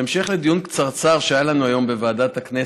בהמשך לדיון קצרצר שהיה לנו היום בוועדת הכנסת,